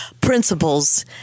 principles